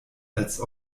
als